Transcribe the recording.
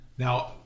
Now